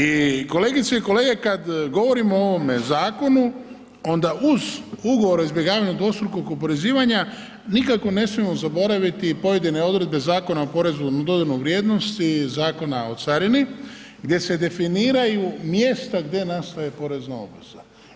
I kolegice i kolege kad govorimo o ovom zakonu onda uz ugovor o izbjegavanju dvostrukog oporezivanja nikako ne smijemo zaboraviti pojedine odredbe Zakona o porezu na dodanu vrijednost i Zakona o carini gdje se definiraju mjesta gdje nastaje porezna obveza.